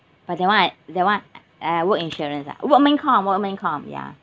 but that one that one I uh work insurance ah workmen com workmen com ya